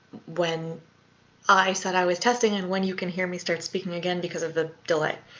when i said i was testing and when you can hear me start speaking again because of the delay.